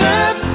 up